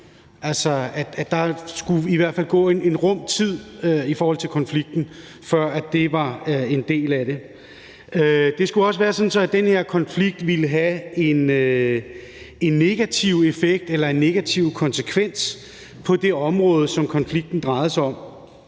der i hvert fald skulle gå en rum tid med konflikten, før det var en del af det. Det skulle også være sådan, at den her konflikt ville have en negativ effekt eller en negativ konsekvens på det område, som konflikten drejede sig om.